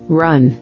run